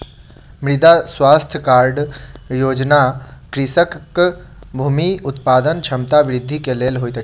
मृदा स्वास्थ्य कार्ड योजना कृषकक भूमि उत्पादन क्षमता वृद्धि के लेल होइत अछि